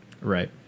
Right